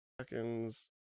seconds